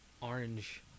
orange